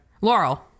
Laurel